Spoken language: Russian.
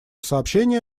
сообщение